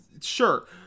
Sure